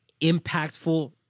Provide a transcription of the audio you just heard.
impactful